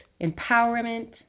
empowerment